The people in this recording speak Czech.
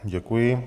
Děkuji.